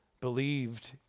believed